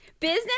Business